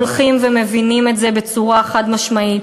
הולכים ומבינים את זה בצורה חד-משמעית.